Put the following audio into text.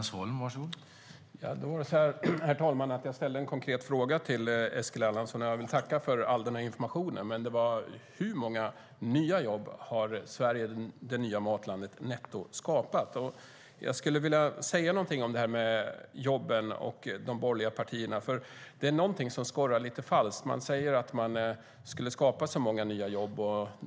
Herr talman! Jag ställde en konkret fråga till Eskil Erlandsson. Jag tackar för all denna information, men hur många nya jobb har Sverige - det nya matlandet netto skapat? Jag skulle vilja säga någonting om jobben och de borgerliga partierna. Det är någonting som skorrar lite falskt. Man säger att man skulle skapa så många nya jobb.